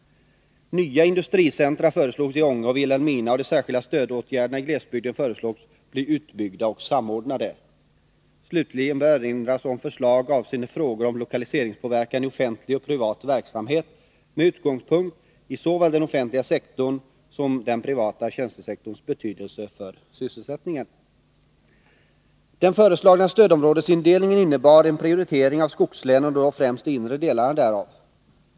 Nya industricentra föreslogs i Ånge och Vilhelmina, och de särskilda stödåtgärderna i glesbygder föreslogs bli utbyggda och samordnade. Slutligen bör erinras om förslag avseende frågor om lokaliseringspåverkan i offentlig och privat verksamhet med utgångspunkt i såväl den offentliga sektorns som den privata tjänstesektorns betydelse för sysselsättningen. Den föreslagna stödområdesindelningen innebar en prioritering av skogslänen och då främst de inre delarna därav.